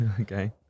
Okay